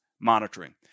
monitoring